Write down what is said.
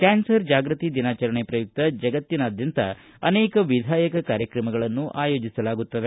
cancer ಜಾಗೃತಿ ದಿನಾಚರಣೆ ಪ್ರಯುಕ್ತ ಜಗತ್ತಿನಾದ್ಯಂತ ಅನೇಕ ವಿಧಾಯಕ ಕಾರ್ಯಕ್ರಮಗಳನ್ನು ಆಯೋಜಿಸಲಾಗುತ್ತದೆ